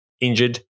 injured